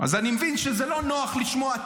אז אני מבין שזה לא נוח לשמוע,